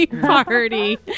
party